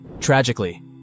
Tragically